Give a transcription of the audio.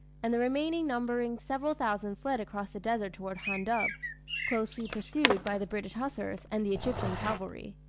and the remainder numbering several thousand fled across the desert toward handub closely pursued by the british hussars and the egyptian cavalry.